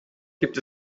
gibt